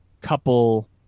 couple